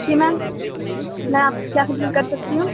جی ma'am میں آپ کی کیا خدمت کر سکتی ہوں